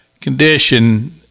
condition